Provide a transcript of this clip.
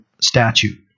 statute